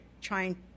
trying